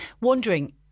wondering